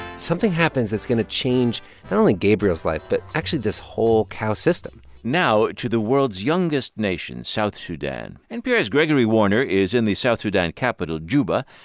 something happens that's going to change not only gabriel's life but actually this whole cow system now to the world's youngest nation, south sudan. npr's gregory warner is in the south sudan capital, juba.